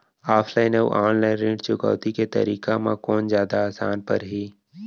Offline अऊ online ऋण चुकौती के तरीका म कोन जादा आसान परही?